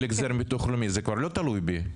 החזר מביטוח לאומי זה כבר לא תלוי בי.